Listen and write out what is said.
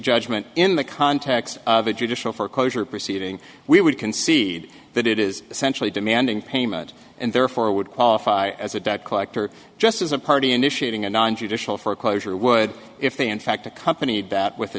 judgment in the context of a judicial foreclosure proceeding we would concede that it is essentially demanding payment and therefore would qualify as a debt collector just as a party initiating a non judicial foreclosure would if they in fact accompanied that with a